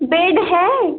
bed है